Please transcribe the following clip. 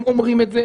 הם אומרים את זה,